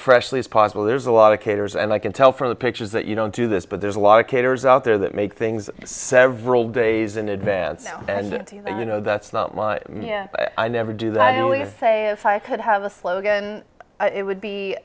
freshly as possible there's a lot of caterers and i can tell from the pictures that you don't do this but there's a lot of caterers out there that make things several days in advance and you know that's not i never do that i'd say if i could have a slogan it would be